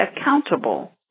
accountable